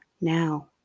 now